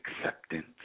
acceptance